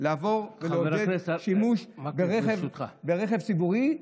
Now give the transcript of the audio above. לעבור ולהוביל שימוש ברכב ציבורי,